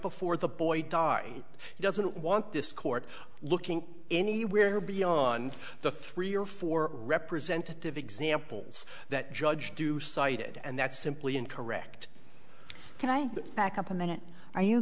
before the boy died he doesn't want this court looking anywhere beyond the three or four representative examples that judge do cited and that's simply incorrect